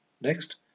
next